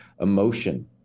emotion